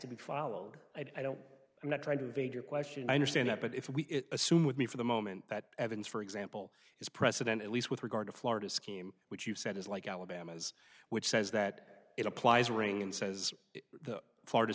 to be followed i don't i'm not trying to evade your question i understand that but if we assume with me for the moment that evidence for example is president at least with regard to florida scheme which you said is like alabama's which says that it applies a ring and says the florida